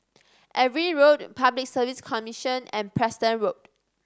Everitt Road Public Service Commission and Preston Road